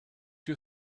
you